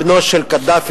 בנו של קדאפי,